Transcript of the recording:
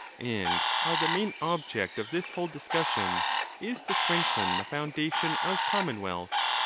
and how the main object of this whole discussion is to strengthen the foundation of com monwealths,